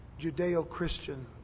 Judeo-Christian